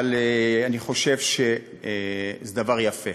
אבל אני חושב שזה דבר יפה.